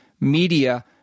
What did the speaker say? media